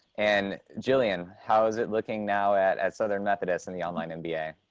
and jillian, how's it looking now at at southern methodist and the online and mba?